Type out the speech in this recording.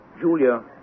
Julia